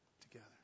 together